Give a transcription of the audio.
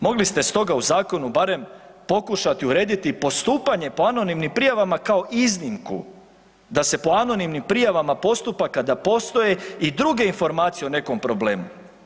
Mogli ste stoga u zakonu barem pokušati urediti postupanje po anonimnim prijavama kao iznimku da se po anonimnim prijavama postupa kada postoje i druge informacije o nekom problemu.